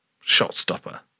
shot-stopper